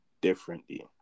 differently